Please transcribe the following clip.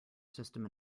system